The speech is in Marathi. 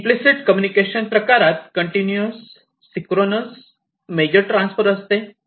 इम्प्लिसिट कम्युनिकेशन प्रकारात कंटिन्यूअस सिंक्रोनस मेसेज ट्रान्सफर असते